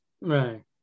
Right